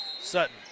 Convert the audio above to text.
Sutton